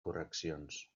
correccions